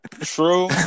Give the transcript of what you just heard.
True